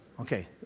Okay